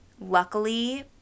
Luckily